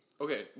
Okay